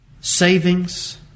savings